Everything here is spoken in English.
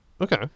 Okay